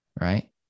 right